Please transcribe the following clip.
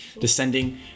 descending